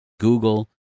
google